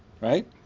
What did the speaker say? Right